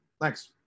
thanks